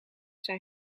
zijn